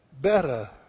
better